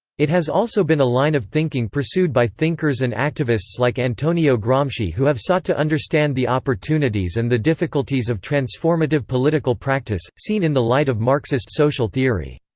it has also been a line of thinking pursued by thinkers and activists like antonio gramsci who have sought to understand the opportunities and the difficulties of transformative political practice, seen in the light of marxist social theory.